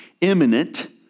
imminent